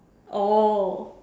oh